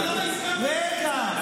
אבל למה הסכמתם לקצץ,